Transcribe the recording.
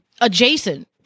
adjacent